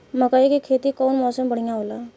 मकई के खेती कउन मौसम में बढ़िया होला?